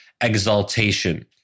exaltation